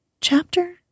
Chapter